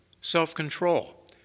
self-control